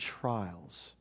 trials